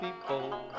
people